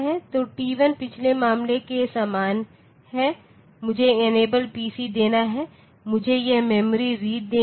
तो t1 पिछले मामले के समान है मुझे इनेबल पीसी देना है और मुझे यह मेमोरी रीड देनी है